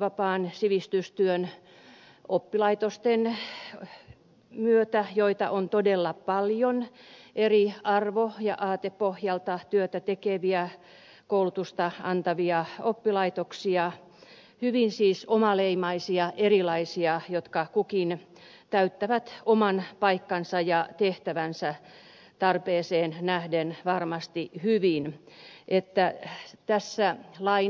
vapaan sivistystyön oppilaitosten myötä joita on todella paljon eri arvo ja aatepohjalta työtä tekeviä koulutusta antavia oppilaitoksia hyvin siis omaleimaisia ja erilaisia jotka kukin täyttävät oman paikkansa ja tehtävänsä tarpeeseen nähden varmasti hyvin että tässä vain